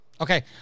Okay